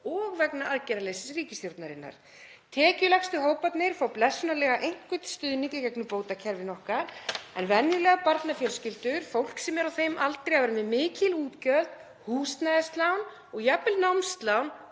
og vegna aðgerðaleysis ríkisstjórnarinnar. Tekjulægstu hóparnir fá blessunarlega einhvern stuðning í gegnum bótakerfin okkar en venjulegar barnafjölskyldur, fólk sem er á þeim aldri að vera með mikil útgjöld, húsnæðislán og jafnvel námslán,